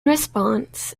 response